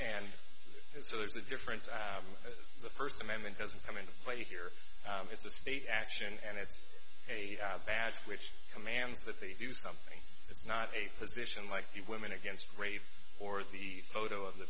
and so there's a difference the first amendment doesn't come into play here it's a state action and it's a bat which commands that they do something it's not a position like the women against rape or the photo of the